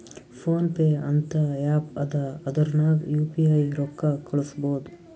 phone pay ಅಂತ app ಅದಾ ಅದುರ್ನಗ್ ಯು ಪಿ ಐ ರೊಕ್ಕಾ ಕಳುಸ್ಬೋದ್